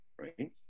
Right